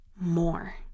more